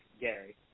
Gary